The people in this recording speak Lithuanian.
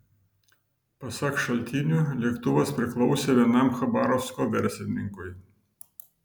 pasak šaltinių lėktuvas priklausė vienam chabarovsko verslininkui